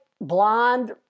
blonde